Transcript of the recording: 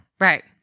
Right